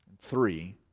Three